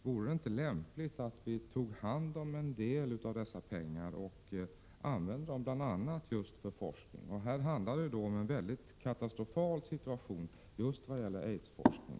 Vore det inte lämpligt att vi tog hand om en del av dessa pengar och använde dem bl.a. just till forskning? När det gäller aidsforskningen är det en helt katastrofal situation.